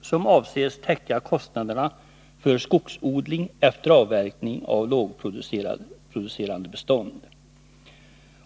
t.o.m. ha räckt för att täcka kostnaderna för skogsodling efter avverkning av lågproducerande bestånd.